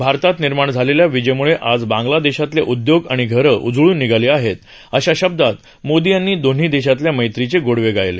भारतात निर्माण झालेल्या विजेम्ळे आज बांग्ला देशातले उद्योग आणि घरं उजळून निघाली आहेत अश्या शब्दात मोदी यांनी दोन्ही देशातल्या मैत्रीचे गोडवे गायले